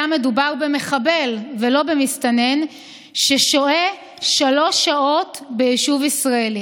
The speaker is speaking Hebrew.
מדובר במחבל ולא במסתנן ששוהה שלוש שעות ביישוב ישראלי.